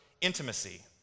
intimacy